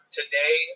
today